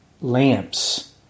Lamps